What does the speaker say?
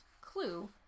clue